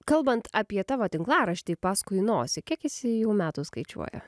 kalbant apie tavo tinklaraštį paskui nosį kiek jisai jau metų skaičiuoja